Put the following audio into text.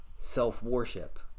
self-worship